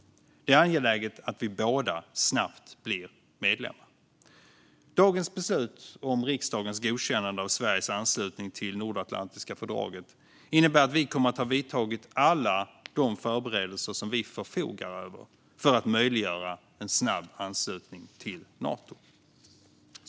Det är angeläget att vi båda snabbt blir medlemmar. Dagens beslut om riksdagens godkännande av Sveriges anslutning till det nordatlantiska fördraget innebär att vi kommer att ha vidtagit alla de förberedelser vi förfogar över för att möjliggöra en snabb anslutning till Nato.